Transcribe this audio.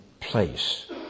place